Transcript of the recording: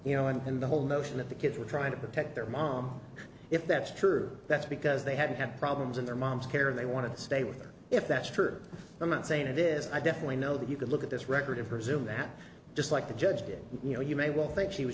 you know and the whole notion that the kids were trying to protect their mom if that's true that's because they had had problems in their mom's care they want to stay with her if that's true i'm not saying it is i definitely know that you can look at this record of presume that just like the judge did you know you may well think she was